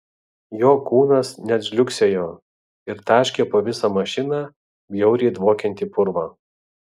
jo kūnas net žliugsėjo ir taškė po visą mašiną bjauriai dvokiantį purvą